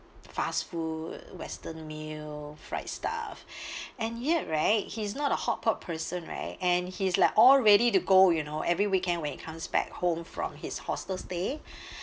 fast food western meal fried stuff and yet right he's not a hotpot person right and he's like all ready to go you know every weekend when he comes back home from his hostel stay